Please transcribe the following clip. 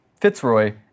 Fitzroy